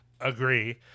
agree